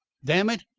damn it!